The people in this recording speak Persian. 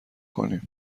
کنیم